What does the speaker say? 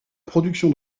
production